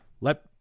Let